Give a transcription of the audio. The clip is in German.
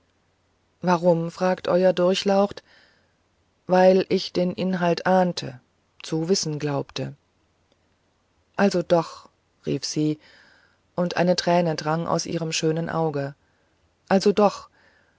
warum fragen euer durchlaucht weil ich den inhalt ahnte zu wissen glaubte also doch rief sie und eine träne drang aus ihrem schönen auge also doch